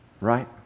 right